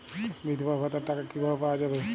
বিধবা ভাতার টাকা কিভাবে পাওয়া যাবে?